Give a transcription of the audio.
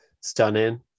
stunning